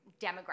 demographic